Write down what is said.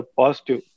positive